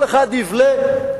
כל אחד, אבל חזרתם בכם.